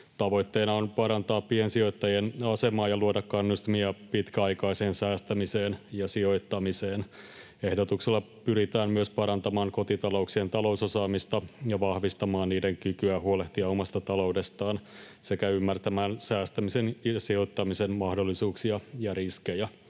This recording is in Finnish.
Tavoitteena on parantaa piensijoittajien asemaa ja luoda kannustimia pitkäaikaiseen säästämiseen ja sijoittamiseen. Ehdotuksella pyritään myös parantamaan kotitalouksien talousosaamista ja vahvistamaan niiden kykyä huolehtia omasta taloudestaan sekä ymmärtää säästämisen ja sijoittamisen mahdollisuuksia ja riskejä.